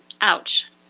Ouch